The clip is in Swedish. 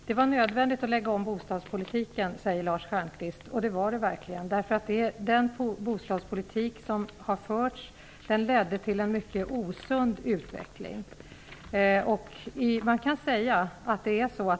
Herr talman! Det var nödvändigt att lägga om bostadspolitiken, säger Lars Stjernkvist. Det var det verkligen. Den ledde till en mycket osund utveckling.